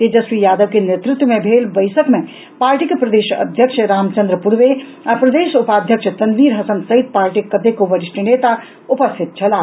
तेजस्वी यादव के नेतृत्व मे भेल बैसक मे पार्टीक प्रदेश अध्यक्ष रामचंद्र पूर्वे आ प्रदेश उपाध्यक्ष तनवीर हसन सहित पार्टीक कतेको वरिष्ठ नेता उपस्थित छलाह